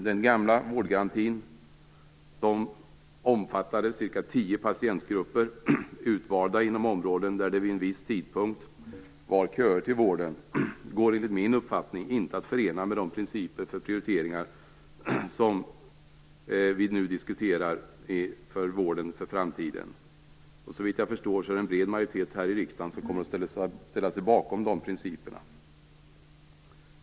Den gamla vårdgarantin, som omfattade cirka tio patientgrupper, utvalda inom områden där det vid en viss tidpunkt var köer till vården, går enligt min uppfattning inte att förena med de principer för prioriteringar som vi nu diskuterar för vården för framtiden. Såvitt jag förstår kommer en bred majoritet här i riksdagen att ställa sig bakom de principerna.